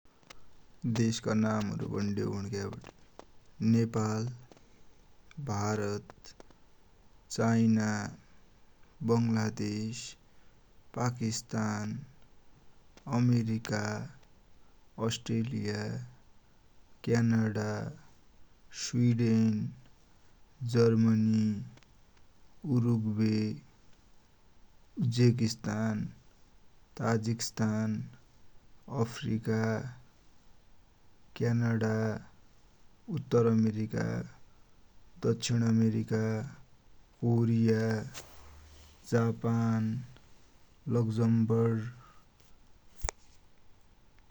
कारका ब्राण्डहरु Toyota, Ford, Honda, Nissan, Jeep, Hyundai, Kia, र्याम्रक, Subaru, GMC, Volkswagen, BMW, Mazda, Mercedes Benz, Lexus, Tesla, Dodge, Audi, Buick, अर्खा, Volvo, Cadillac, Chrysler, Land Rover, Lincoln, Porsche, Mini, Maserati, Alfa Romeo, Jaguar, Bentley, Ferrari, Lamborghini, Aston Martin, Polestar, फ़ायर्ड, ल्युक मोडेल, Bugatti, रुटोस्कार, लिवान, क्यानो।